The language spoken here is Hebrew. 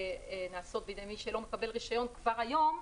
נעשות בידי מי שלא מקבל רישיון כבר היום,